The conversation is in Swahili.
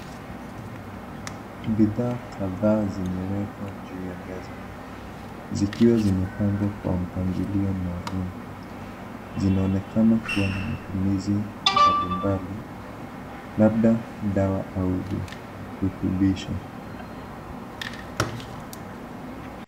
Bidhaa kadhaa zimewekwa juu ya meza zikiwa zimepangwa kwa mpangilio maalum, zinaonekana kuwa na matumizi mbalimbali, labda dawa au virutubisho.